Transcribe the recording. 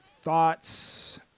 thoughts